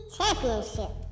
Championship